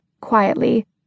quietly